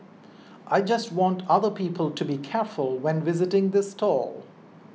I just want other people to be careful when visiting the stall